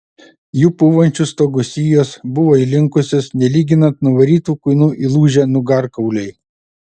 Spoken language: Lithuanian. jų pūvančių stogų sijos buvo įlinkusios nelyginant nuvarytų kuinų įlūžę nugarkauliai